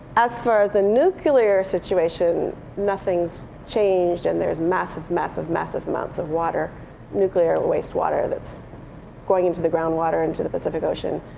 as for the nuclear situation, nothing's changed and there's massive, massive, massive amounts of water nuclear waste water that's going into the groundwater into the pacific ocean.